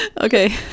Okay